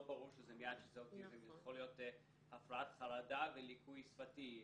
ברור מייד שזה אוטיזם זו יכולה להיות הפרעת חרדה וליקוי שפתי למשל,